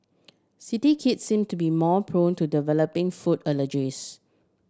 city kids seem to be more prone to developing food allergies